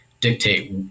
dictate